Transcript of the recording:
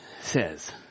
says